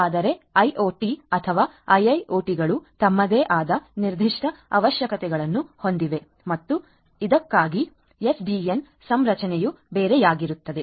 ಆದರೆ ಐಒಟಿ ಅಥವಾ ಐಐಒಟಿಗಳು ತಮ್ಮದೇ ಆದ ನಿರ್ದಿಷ್ಟ ಅವಶ್ಯಕತೆಗಳನ್ನು ಹೊಂದಿವೆ ಮತ್ತು ಇದಕ್ಕಾಗಿ ಎಸ್ಡಿಎನ್ ಸಂರಚನೆಯು ಬೇರೆಯಾಗಿರುತ್ತದೆ